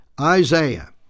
Isaiah